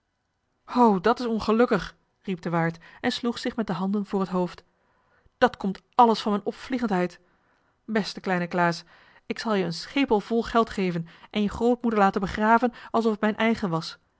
o dat is ongelukkig riep de waard en sloeg zich met de handen voor het hoofd dat komt alles van mijn opvliegendheid beste kleine klaas ik zal je een schepel vol geld geven en je grootmoeder laten begraven alsof het mijn eigen was